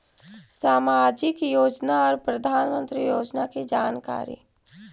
समाजिक योजना और प्रधानमंत्री योजना की जानकारी?